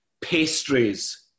Pastries